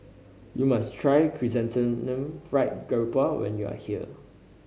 you must try Chrysanthemum Fried Garoupa when you are here